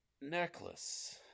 necklace